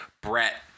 brett